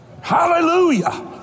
Hallelujah